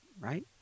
right